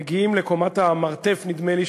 מגיעים לקומת המרתף, נדמה לי,